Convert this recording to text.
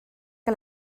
que